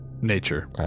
Nature